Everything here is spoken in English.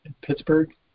Pittsburgh